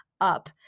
up